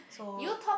so